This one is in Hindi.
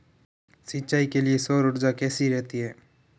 सिंचाई के लिए सौर ऊर्जा कैसी रहती है?